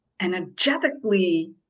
energetically